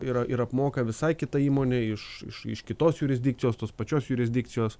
ir ir apmoka visai kita įmonė iš iš kitos jurisdikcijos tos pačios jurisdikcijos